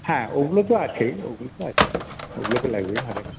হ্যাঁ ওগুলো তো আছেই ওগুলো তো আছেই ওগুলো তো লাগবেই আগে